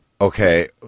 okay